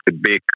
big